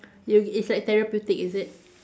you it's like therapeutic is it